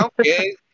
Okay